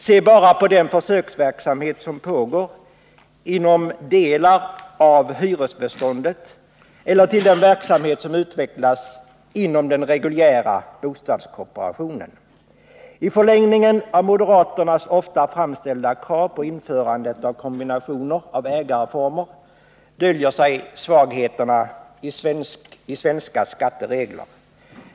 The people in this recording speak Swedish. Se bara på den försöksverksamhet som pågår inom delar av hyresbeståndet eller på den verksamhet som utvecklas inom den reguljära bostadskooperationen! I förlängningen av moderaternas ofta framställda krav på införande av kombinationer av ägarformer döljer sig svagheterna i svenska skatteregler.